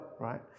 right